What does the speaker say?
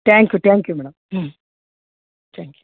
tank you thank you madam ಹ್ಞೂ thank you